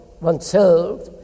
oneself